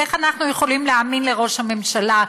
איך אנחנו יכולים להאמין לראש הממשלה,